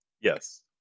Yes